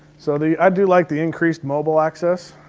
so the. i do like the increased mobile access,